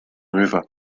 river